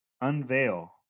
unveil